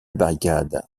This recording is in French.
barricade